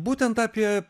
būtent apie